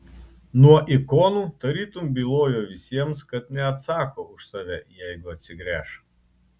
nuo ikonų tarytum bylojo visiems kad neatsako už save jeigu atsigręš